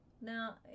now